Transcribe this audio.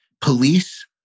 police